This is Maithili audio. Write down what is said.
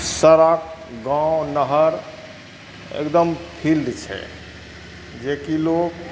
सड़क गाँव नहर एगदम फिल्ड छै जेकि लोग